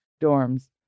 dorms